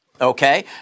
Okay